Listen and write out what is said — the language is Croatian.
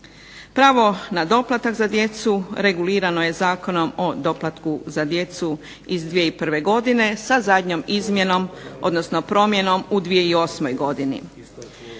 Pravo na doplatak za djecu regulirano je Zakonom o doplatku za djecu iz 2001. godine, sa zadnjom izmjenom, odnosno promjenom u 2008. godini.